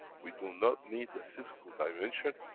we do not need the physical dimension,